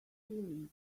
feeling